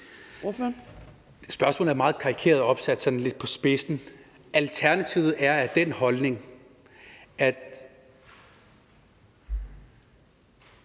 Spørgsmålet er meget karikeret og sat sådan lidt på spidsen. Alternativet er af den holdning, at